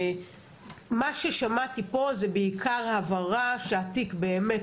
מה ששמעתי פה זה בעיקר הבהרה שהתיק באמת,